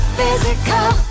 physical